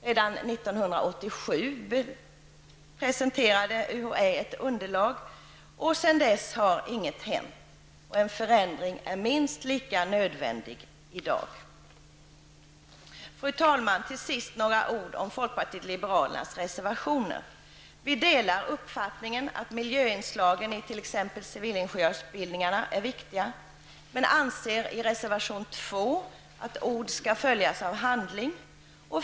Redan 1987 presenterade UHÄ ett underlag, men sedan dess har inget hänt. En förändring är minst lika nödvändig i dag. Fru talman! Jag vill säga några ord om folkpartiet liberalernas reservationer. Vi delar uppfattningen att miljöinslagen i t.ex. civilingenjörsutbildningarna är viktiga, men anser i reservation nr 2 att ord skall följas av handling.